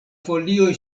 folioj